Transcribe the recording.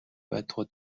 байтугай